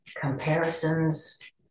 comparisons